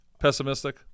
Pessimistic